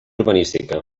urbanística